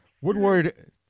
Woodward